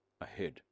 ahead